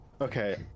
Okay